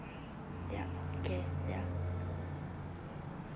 mm yeah okay yeah